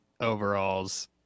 overalls